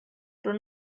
però